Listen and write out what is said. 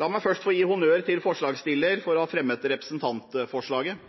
La meg først få gi honnør til forslagsstillerne for å ha fremmet representantforslaget,